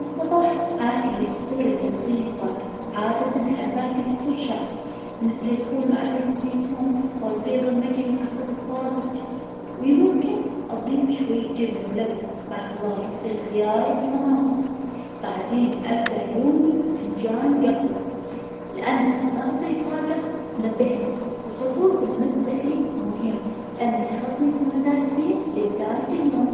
في الصباح آكل الفطور اللي يعطيني طاجة, عادةً أحب آكل فطور شعبي, مثل الفول مع زيت الزيتون, والبيض المجلي مع خبز طازج, وممكن أضيف شوية جبنة ولبنة مع خضار, مثل الخيار, والطماطم, بعدين أبدأ يومي بفنجان قهوة, لأنها تعطي طاجة وتنبهني, الفطور بالنسبة لي مهم, لانه يحطني في مزاج زين لبداية اليوم.